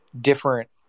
different